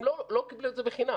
הם לא קיבלו את זה בחינם.